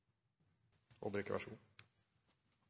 er så god